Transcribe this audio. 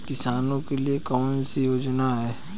किसानों के लिए कौन कौन सी योजनाएं हैं?